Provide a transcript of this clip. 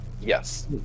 Yes